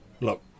look